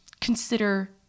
consider